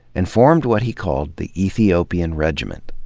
and formed what he called the ethiopian regiment,